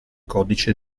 codice